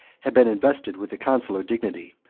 had been invested with the consular dignity,